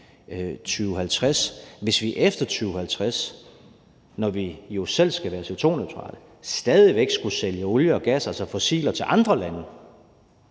2050, hvis vi efter 2050, når vi jo selv skal være CO2-neutrale, stadig væk skulle sælge olie og gas, altså fossiler, til andre lande;